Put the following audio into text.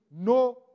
No